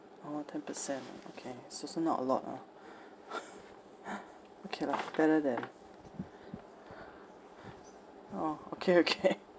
orh ten percent okay so so not a lot ah okay lah better than orh okay okay